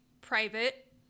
private